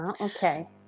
okay